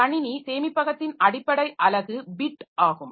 கணினி சேமிப்பகத்தின் அடிப்படை அலகு பிட் ஆகும்